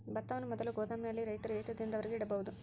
ಭತ್ತವನ್ನು ಮೊದಲು ಗೋದಾಮಿನಲ್ಲಿ ರೈತರು ಎಷ್ಟು ದಿನದವರೆಗೆ ಇಡಬಹುದು?